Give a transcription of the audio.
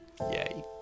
Yay